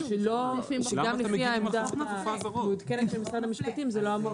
גם לפי העמדה המעודכנת של משרד המשפטים זה לא אמור